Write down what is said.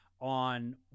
on